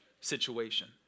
situation